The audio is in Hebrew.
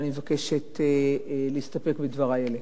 ואני מבקשת להסתפק בדברי אלה.